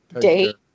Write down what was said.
date